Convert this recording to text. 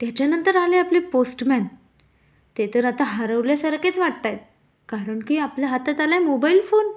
त्याच्यानंतर आले आपले पोस्टमॅन ते तर आता हरवल्यासारखेच वाटतायत कारण की आपल्या हातात आला आहे मोबाईल फोन